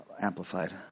amplified